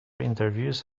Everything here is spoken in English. interviews